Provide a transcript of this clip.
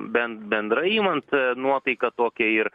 ben bendrai imant nuotaiką tokią ir